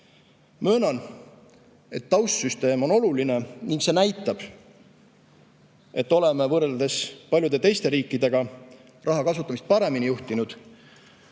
Möönan, et taustsüsteem on oluline ning see näitab, et oleme võrreldes paljude teiste riikidega raha kasutamist paremini juhtinud.